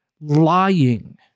lying